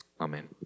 Amen